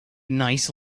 nice